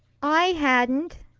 i hadn't,